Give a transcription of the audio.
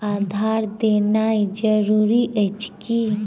आधार देनाय जरूरी अछि की?